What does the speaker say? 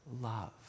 love